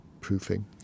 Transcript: proofing